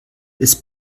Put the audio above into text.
ist